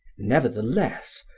nevertheless,